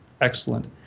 excellent